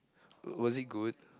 was it good